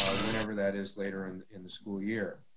ah whenever that is later and in the school year.